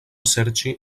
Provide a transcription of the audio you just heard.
serĉi